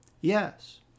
Yes